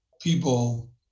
people